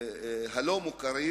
הלא-מוכרים,